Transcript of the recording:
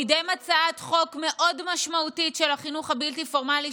קידם הצעת חוק מאוד משמעותית של החינוך הבלתי-פורמלי,